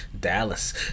Dallas